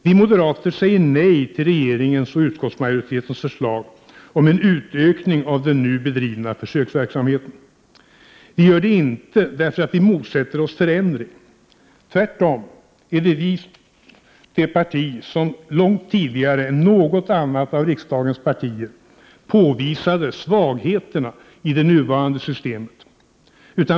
Vi moderater säger nej till regeringens och utskottsmajoritetens förslag om en utökning av den nu bedrivna försöksverksamheten. Vi gör det inte därför att vi motsätter oss förändring. Tvärtom är vi det parti som långt tidigare än något annat av riksdagens partier påvisade svagheterna i det nuvarande systemet.